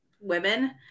women